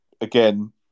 again